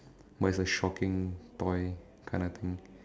but it's a shocking toy kind of thing